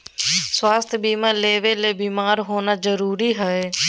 स्वास्थ्य बीमा लेबे ले बीमार होना जरूरी हय?